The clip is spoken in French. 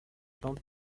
plantes